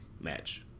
match